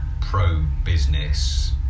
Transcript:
pro-business